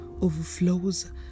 overflows